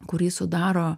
kurį sudaro